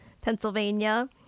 Pennsylvania